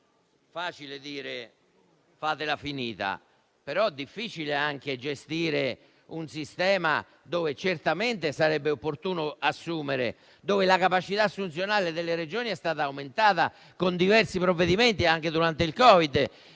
Zampa, di farla finita, però è anche difficile gestire un sistema in cui certamente sarebbe opportuno assumere, in cui la capacità assunzionale delle Regioni è stata aumentata con diversi provvedimenti anche durante il Covid,